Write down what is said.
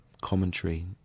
commentary